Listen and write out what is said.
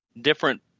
Different